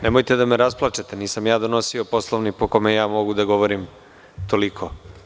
Nemojte da me rasplačete, nisam ja donosio Poslovnik po kojem mogu da govorim toliko.